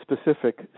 specific